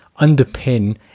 underpin